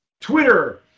Twitter